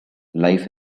life